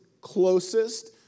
closest